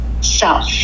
self